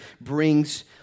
brings